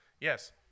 Yes